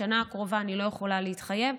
לשנה הקרובה אני לא יכולה להתחייב,